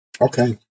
Okay